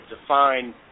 define